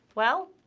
well,